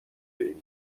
این